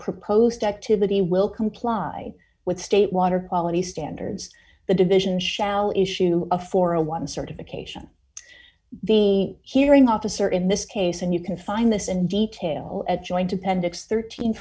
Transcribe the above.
proposed activity will comply with state water quality standards the division shall issue a four a one certification the hearing officer in this case and you can find this in detail at joint appendix